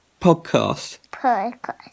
Podcast